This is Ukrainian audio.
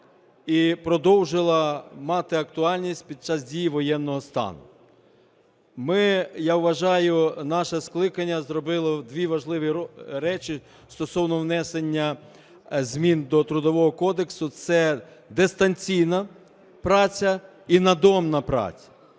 і продовжила мати актуальність під час дії воєнного стану. Ми, я вважаю, наше скликання зробило дві важливі речі стосовно внесення змін до Трудового кодексу – це дистанційна праця і надомна праця.